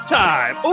time